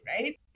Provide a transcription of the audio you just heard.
Right